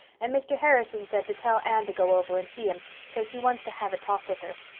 and mr. harrison said to tell anne to go over and see him cause he wants to have a talk with her.